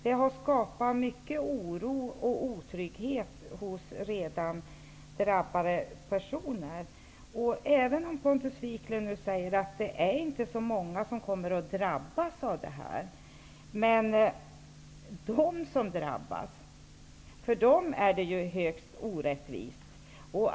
Det har skapat mycket oro och otrygghet hos redan drabbade personer. Pontus Wiklund säger att förändringarna inte kommer att drabba så många personer. Men för dem som drabbas är det mycket orättvist.